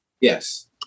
yes